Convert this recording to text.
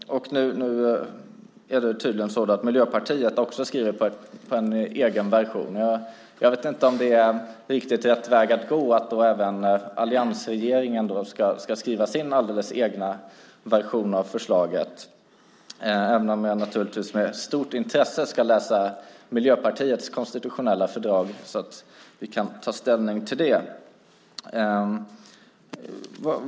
Nu håller tydligen också Miljöpartiet på och skriver på en egen version. Jag vet inte om det är riktigt rätt väg att gå om då även alliansregeringen ska skriva en egen version av fördraget, även om jag naturligtvis med stort intresse ska läsa Miljöpartiets konstitutionella fördrag så att vi kan ta ställning till det.